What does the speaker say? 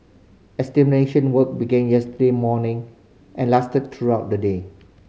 extermination work began yesterday morning and lasted through the day